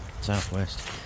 southwest